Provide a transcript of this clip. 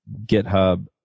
GitHub